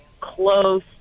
close